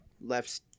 left